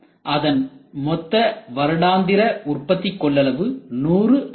அதன் மொத்த வருடாந்திர உற்பத்தி கொள்ளளவு 100ஆகும்